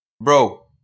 Bro